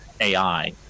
AI